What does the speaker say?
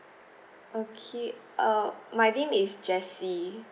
okay uh my name is jessie